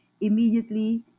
immediately